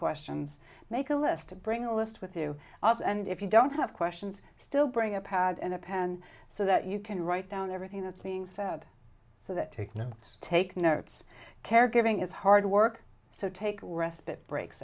questions make a list to bring a list with you and if you don't have questions still bring a pad and a pen so that you can write down everything that's being said so that take notes take notes caregiving is hard work so take respite breaks